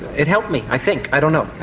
it helped me i think, i don't know.